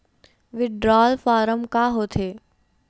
Withdrawal form का होथे?